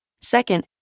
Second